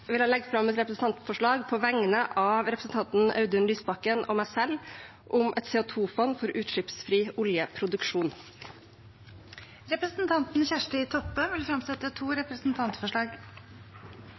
vil jeg legge fram et representantforslag på vegne av representanten Audun Lysbakken og meg selv om et CO2-fond for utslippsfri oljeproduksjon. Representanten Kjersti Toppe vil legge frem to